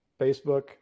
Facebook